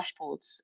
dashboards